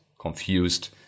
confused